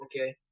Okay